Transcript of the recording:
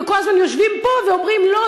וכל הזמן יושבים פה ואומרים: לא,